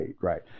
right